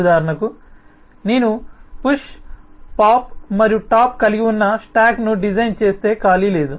ఉదాహరణకు నేను push pop మరియు టాప్ కలిగి ఉన్న స్టాక్ను డిజైన్ చేస్తే ఖాళీ లేదు